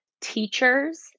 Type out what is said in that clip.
Teachers